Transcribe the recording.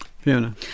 Fiona